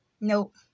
nope